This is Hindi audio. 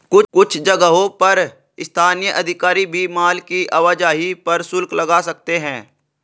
कुछ जगहों पर स्थानीय अधिकारी भी माल की आवाजाही पर शुल्क लगा सकते हैं